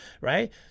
Right